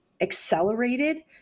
accelerated